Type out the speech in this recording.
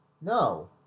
No